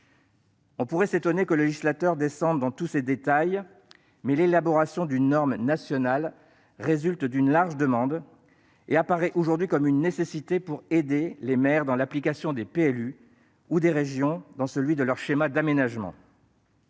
On pourrait s'étonner que le législateur descende dans tous ces détails, mais l'élaboration d'une norme nationale résulte d'une large demande et apparaît aujourd'hui comme une nécessité pour aider les maires dans l'application des plans locaux d'urbanisme (PLU) ou les régions dans celle de leurs schémas d'aménagement.